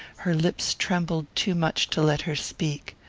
her lips trembled too much to let her speak.